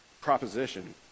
proposition